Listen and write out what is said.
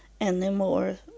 anymore